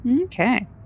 Okay